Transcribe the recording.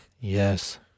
yes